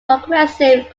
progressive